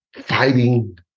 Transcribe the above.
fighting